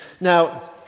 Now